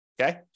Okay